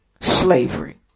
slavery